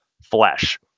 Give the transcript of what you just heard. flesh